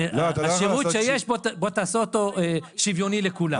השירות שיש בוא תעשה אותו שוויוני לכולם.